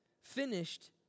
Finished